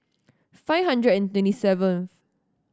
five hundred and twenty seventh